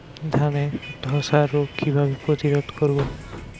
ধানে ধ্বসা রোগ কিভাবে প্রতিরোধ করব?